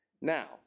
Now